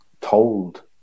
told